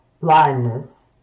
blindness